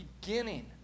beginning